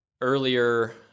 earlier